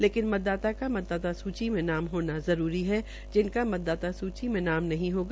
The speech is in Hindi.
लेकिन मतदाता का मतदाता सूची मे नाम होना जरूरी है जिनका मतदाता सूची में नाम नहीं होगा